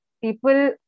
people